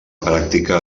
pràctica